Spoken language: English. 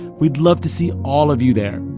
we'd love to see all of you there.